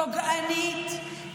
פוגענית,